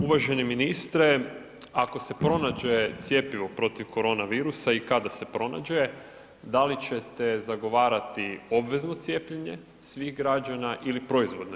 Uvaženi ministre, ako se pronađe cjepivo protiv koronavirusa i kada se pronađe, da li ćete zagovarati obvezno cijepljenje svih građana ili proizvodno.